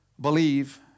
believe